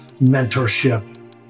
mentorship